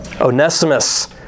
Onesimus